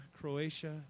Croatia